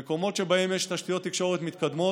במקומות שבהם יש תשתיות תקשורת מתקדמות,